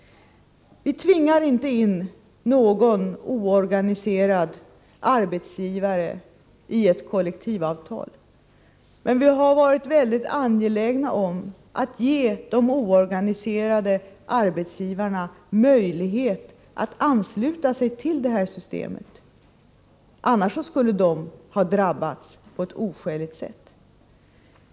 Vi tvingar inte in någon oorganiserad arbetsgivare i ett kollektivavtal. Däremot har vi varit mycket angelägna om att ge de oorganiserade arbetsgivarna möjlighet att ansluta sig till det här systemet. Annars skulle de ha drabbats på ett oskäligt sätt.